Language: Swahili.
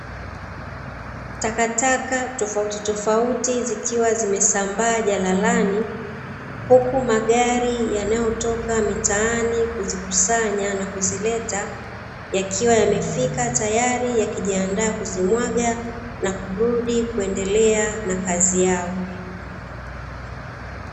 Takataka tofautitofauti zikiwa zimesambaa jalalani, huku magari yanayotoka mitaani kuzikusana na kuzileta yakiwa yamefika tayari yakijiandaa kuzimwaga na kurudi kuendelea na kazi zao.